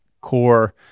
core